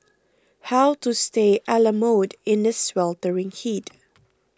how to stay a La mode in the sweltering heat